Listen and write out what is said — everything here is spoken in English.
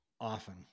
often